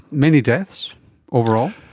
many deaths overall?